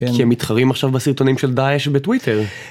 שמתחרים עכשיו בסרטונים של דאעש בטוויטר.